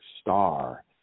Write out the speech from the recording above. Star